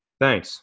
Thanks